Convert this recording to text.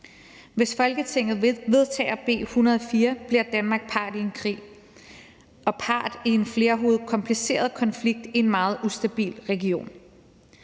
Hvis Folketinget vedtager B 104, bliver Danmark part i en krig og part i en flerhovedet kompliceret konflikt i en meget ustabil region.